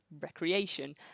recreation